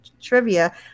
trivia